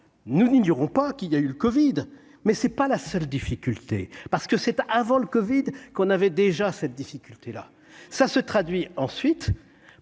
nous n'ignorons pas qu'il y a eu le Covid, mais c'est pas la seule difficulté parce que cette avant le Covid qu'on avait déjà cette difficulté-là, ça se traduit ensuite